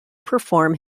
perform